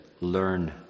learn